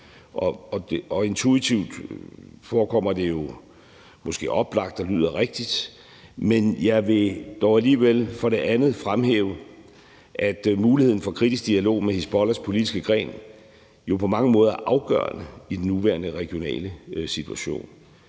og intuitivt forekommer det mig måske oplagt og lyder rigtigt. Men jeg vil dog alligevel for det andet fremhæve, at muligheden for kritisk dialog med Hizbollahs politiske gren jo på mange måder er afgørende i den nuværende regionale situation,